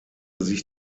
sich